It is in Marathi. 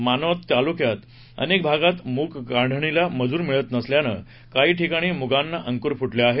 मानवत तालुक्यात अनेक भागात मूग काढणीला मजूर मिळत नसल्याने काही ठिकाणी मुगांना अंकुर फुटले आहेत